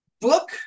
book